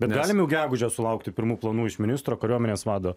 bet galim jau gegužę sulaukti pirmų planų iš ministro kariuomenės vado